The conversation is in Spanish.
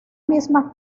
misma